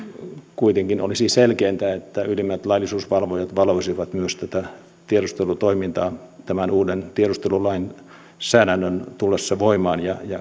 kuitenkin olisi selkeintä että ylimmät laillisuusvalvojat valvoisivat myös tätä tiedustelutoimintaa tämän uuden tiedustelulainsäädännön tullessa voimaan ja